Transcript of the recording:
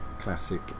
classic